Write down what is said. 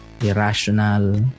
irrational